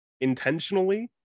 intentionally